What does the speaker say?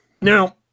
Now